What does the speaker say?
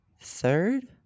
Third